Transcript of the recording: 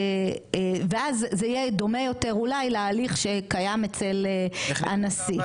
ואז זה יהיה דומה יותר אולי להליך שקיים אצל הנשיא.